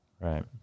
right